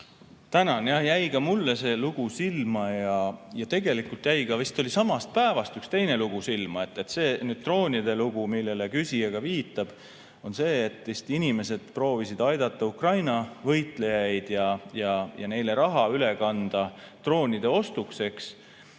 Jah, jäi ka mulle see lugu silma. Ja tegelikult jäi ka, vist oli samast päevast, üks teine lugu silma. See droonide lugu, millele küsija viitab, on see, et inimesed proovisid aidata Ukraina võitlejaid ja neile raha üle kanda droonide ostuks, eks.